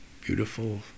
beautiful